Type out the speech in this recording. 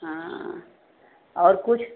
हाँ और कुछ